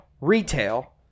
retail